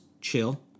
Chill